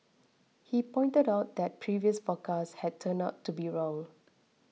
he pointed out that previous forecasts had turned out to be wrong